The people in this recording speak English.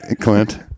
Clint